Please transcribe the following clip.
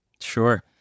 Sure